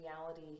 reality